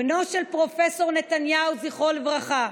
בנו של פרופ' נתניהו, זכרו לברכה,